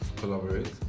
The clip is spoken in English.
collaborate